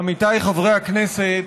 עמיתיי חברי הכנסת,